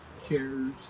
cares